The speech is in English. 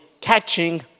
catching